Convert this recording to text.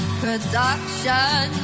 production